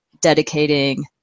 dedicating